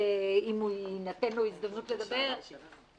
שאם תינתן לו הזדמנות לדבר --- לשעבר שלי.